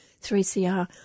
3cr